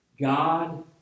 God